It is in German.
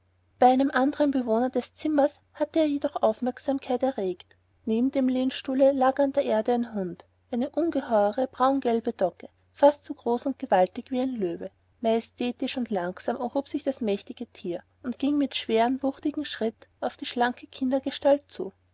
bei einem andern bewohner des zimmers hatte er jedoch aufmerksamkeit erregt neben dem lehnstuhle lag an der erde ein hund eine ungeheure braungelbe dogge fast so groß und gewaltig wie ein löwe majestätisch und langsam erhob sich das mächtige tier und ging mit schwerem wuchtigem schritt auf die schlanke kindesgestalt zu